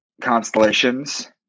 constellations